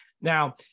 Now